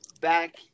back